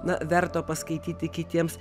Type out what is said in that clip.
na verto paskaityti kitiems